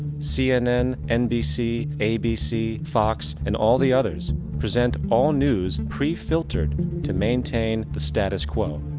cnn, nbc, abc, fox and all the others present all news and pre-filtered to maintain the status quo.